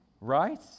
Right